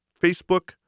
Facebook